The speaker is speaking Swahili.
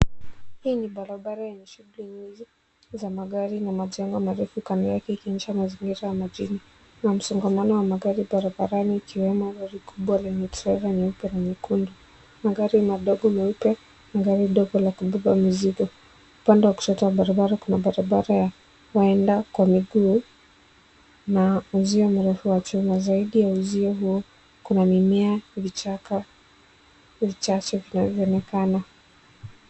Hii ni barabara yenye shughuli nyingi za magari na majengo marefu kando yake ikionyesha mazingira ya mjini. Kuna msongamano wa magari barabarani ukiwemo gari kubwa lenye trela nyeupe na nyekundu, magari madogo meupe na gari dogo la kubebab mizigo. Upande wa kushoto wa barabara kuna barabara ya waenda kwa miguu na uzio mrefu wa chuma . Zaidi ya uzio huo, kuna mimea, vichaka vichache vinavyoonekana.